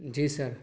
جی سر